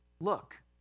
Look